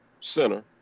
center